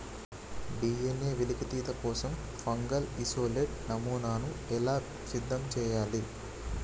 DNA వెలికితీత కోసం fungal isolate నమూనాను ఎలా సిద్ధం చెయ్యాలి?